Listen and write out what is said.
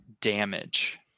damage